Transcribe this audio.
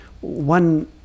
one